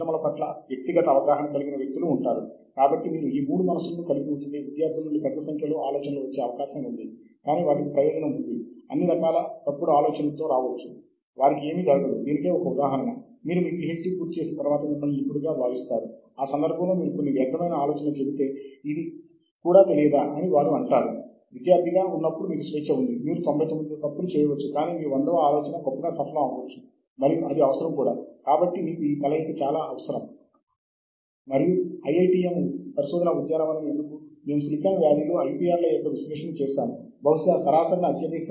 keyword శోధన అర్థం ఏమిటంటే ఒక పదాన్ని ఉపయోగించటం ద్వారా లేదా రచయిత యొక్క పేరు ఉపయోగించి మనము వెతుకుతున్న పరిశోధన అంశము యొక్క ఫలితాన్ని గుర్తించటం